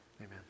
Amen